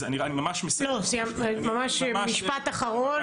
משפט אחרון.